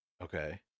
okay